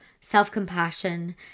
self-compassion